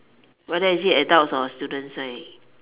whether is it adults or students right